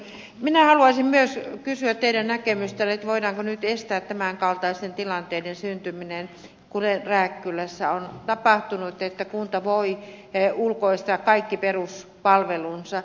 minä haluaisin myös kysyä teidän näkemystänne voidaanko nyt estää tämän kaltaisten tilanteiden syntyminen kuten rääkkylässä on tapahtunut että kunta voi ulkoistaa kaikki peruspalvelunsa